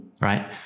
right